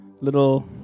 little